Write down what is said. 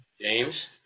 James